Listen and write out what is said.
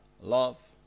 love